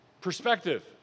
perspective